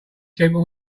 simple